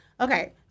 Okay